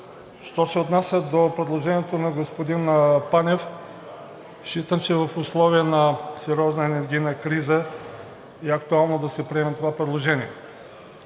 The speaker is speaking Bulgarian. Що се отнася до предложението на господин Панев, считам, че в условията на сериозна енергийна криза е актуално да се приеме това предложение.